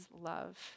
love